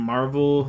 Marvel